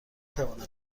توانم